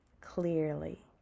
clearly